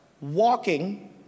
walking